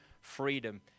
freedom